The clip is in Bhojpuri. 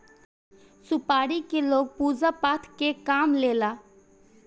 सुपारी के लोग पूजा पाठ में काम लेला